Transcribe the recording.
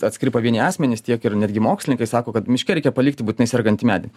atskiri pavieniai asmenys tiek ir netgi mokslininkai sako kad miške reikia palikti būtinai sergantį medį